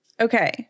Okay